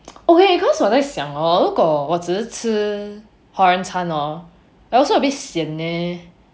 okay cause 我在想 hor 如果我只是吃华人餐 hor also a bit sian leh